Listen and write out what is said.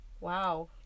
Wow